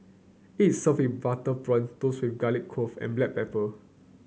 its served butter prawn tossed with garlic clove and black pepper